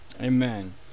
Amen